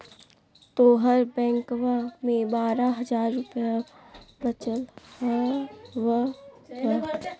तोहर बैंकवा मे बारह हज़ार रूपयवा वचल हवब